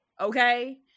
Okay